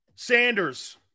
Sanders